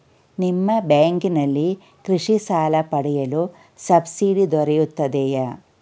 ನಿಮ್ಮ ಬ್ಯಾಂಕಿನಲ್ಲಿ ಕೃಷಿ ಸಾಲ ಪಡೆಯಲು ಸಬ್ಸಿಡಿ ದೊರೆಯುತ್ತದೆಯೇ?